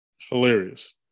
hilarious